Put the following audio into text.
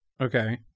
Okay